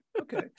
okay